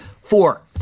Four